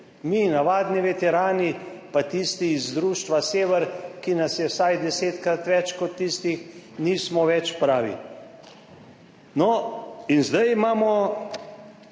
Mi navadni veterani, pa tisti iz društva Sever, ki nas je vsaj desetkrat več kot tistih nismo več pravi. In zdaj imamo